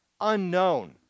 unknown